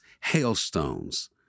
hailstones